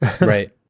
right